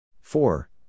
four